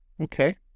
Okay